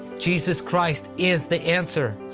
jesus christ is the answer.